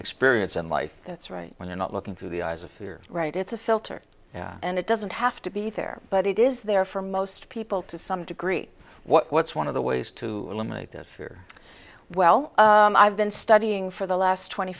experience in life that's right when you're not looking through the eyes if you're right it's a filter and it doesn't have to be there but it is there for most people to some degree what's one of the ways to eliminate that fear well i've been studying for the last twenty